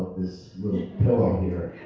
this little pillow here.